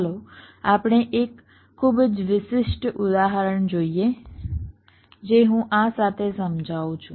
ચાલો આપણે એક ખૂબ જ વિશિષ્ટ ઉદાહરણ જોઈએ જે હું આ સાથે સમજાવું છું